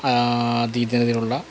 അധീനതയിലുള്ള